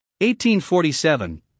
1847